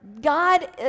God